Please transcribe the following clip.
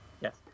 Yes